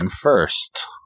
first